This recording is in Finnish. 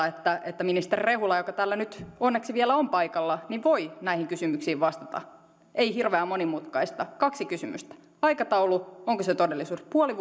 että että ministeri rehula joka täällä nyt onneksi vielä on paikalla voi näihin kysymyksiin vastata ei hirveän monimutkaista kaksi kysymystä aikataulu onko se todellisuudessa puoli